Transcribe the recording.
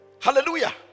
Hallelujah